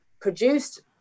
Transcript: produced